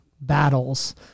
battles